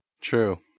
true